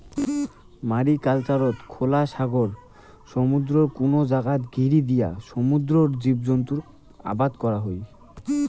ম্যারিকালচারত খোলা সাগর, সমুদ্রর কুনো জাগাত ঘিরিয়া দিয়া সমুদ্রর জীবজন্তু আবাদ করাং হই